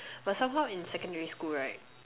but somehow in secondary school right